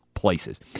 places